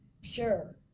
Sure